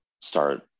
start